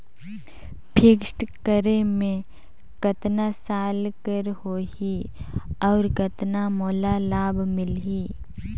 Fixed करे मे कतना साल कर हो ही और कतना मोला लाभ मिल ही?